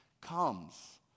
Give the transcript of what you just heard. comes